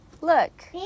Look